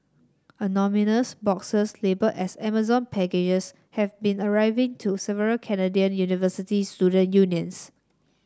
anonymous boxes labelled as Amazon packages have been arriving to several Canadian university student unions